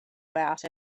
about